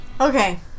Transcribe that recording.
okay